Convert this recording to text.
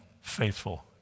faithful